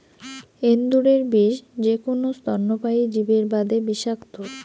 এন্দুরের বিষ যেকুনো স্তন্যপায়ী জীবের বাদে বিষাক্ত,